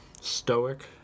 Stoic